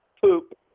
poop